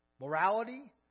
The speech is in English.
morality